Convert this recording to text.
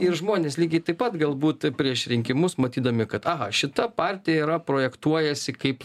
ir žmonės lygiai taip pat galbūt prieš rinkimus matydami kad šita partija yra projektuojasi kaip